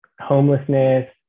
homelessness